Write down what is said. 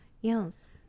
Yes